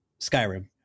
Skyrim